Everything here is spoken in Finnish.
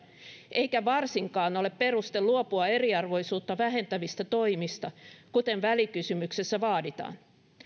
eikä varsinkaan ole peruste luopua eriarvoisuutta vähentävistä toimista kuten välikysymyksessä vaaditaan